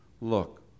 look